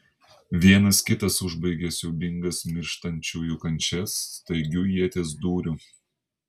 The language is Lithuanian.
vienas kitas užbaigė siaubingas mirštančiųjų kančias staigiu ieties dūriu